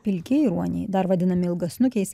pilkieji ruoniai dar vadinami ilgasnukiais